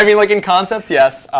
i mean like in concept, yes,